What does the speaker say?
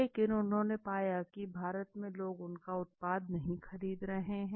लेकिन उन्होंने पाया की भारत में लोग उनका उत्पाद नहीं खरीद रहे हैं